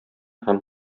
һәм